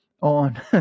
On